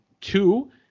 two